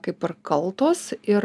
kaip ir kaltos ir